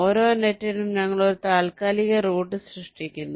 ഓരോ നെറ്റിനും ഞങ്ങൾ ഒരു താൽക്കാലിക റൂട്ട് സൃഷ്ടിക്കുന്നു